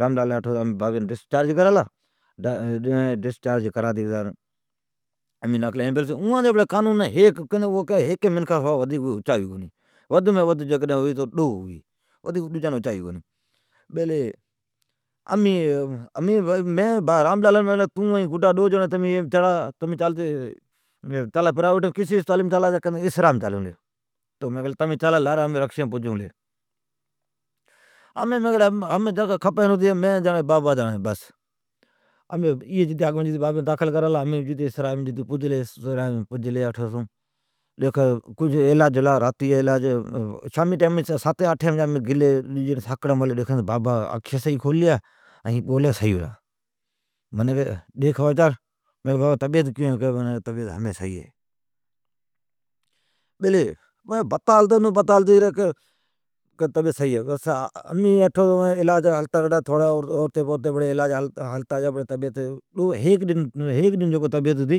راملالی بابین اٹھوم ڈسچارج کرالا، ایمبولینس گیتی آلی، اوان جا بڑی اصول ہے ھیکی منکھا سو ڈجی کان اچاوی کونی، ھیک یا ودھ مہ ودھ ڈو جیڑین اچاوی۔ تو مین کیلی تون گڈا جاوا، امین لاری آئون لی، مین کیلی کیسی اسپتالیم جاوا کہ اسرائیم۔ ایی گلی، لاری امین بھی پجلی، تمین جیون کرا مین جاڑین بابا جاڑین، سامین جی ساتین آٹھین بجی پجلی، علاج ھلا، ساکڑی ڈیکھون تو بابی آنکھیا کھوللیا مین پوچھلی کہ ھوی مانجی ھمین طبعیت صحیح ہے۔ امین سفا بتال ھتی گلا، علاج ھلتا ریلا ھلتا ریلا۔ او ھیک ڈن بابی جی طبعیت